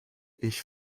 ich